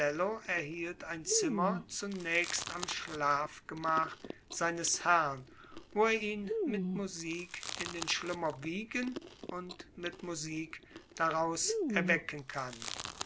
erhielt ein zimmer zunächst am schlafgemach seines herrn wo er ihn mit musik in den schlummer wiegen und mit musik daraus erwecken kann